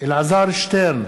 אלעזר שטרן,